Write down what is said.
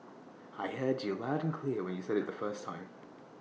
I heard you loud and clear when you said IT the first time